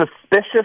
suspicious